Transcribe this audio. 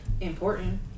important